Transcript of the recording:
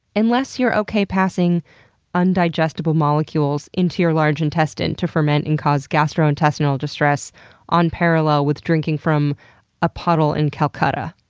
unless you're okay passing undigestible molecules into your large intestine to ferment and cause gastrointestinal distress on parallel with drinking from a puddle in calcutta,